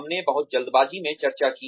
हमने बहुत जल्दबाजी में चर्चा की